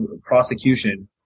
prosecution